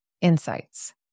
insights